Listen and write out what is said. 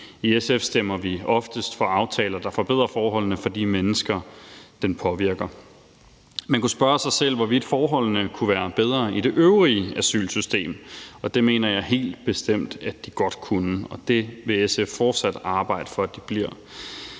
I SF stemmer vi oftest for aftaler, der forbedrer forholdene for de mennesker, de påvirker. Man kunne spørge sig selv, hvorvidt forholdene kunne være bedre i det øvrige asylsystem, og det mener jeg helt bestemt at de godt kunne, og det vil SF fortsat arbejde for at de bliver.